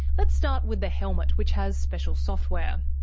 let's start with the helmet, which has special software.